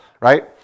right